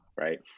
right